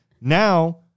Now